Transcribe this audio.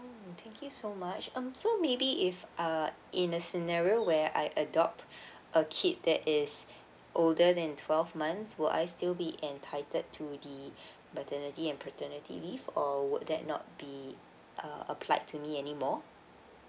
mm thank you so much um so maybe if err in a scenario where I adopt a kid that is older than twelve months will I still be entitled to the maternity and paternity leave or would that not be err applied to me anymore